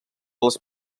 les